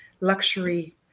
luxury